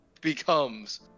becomes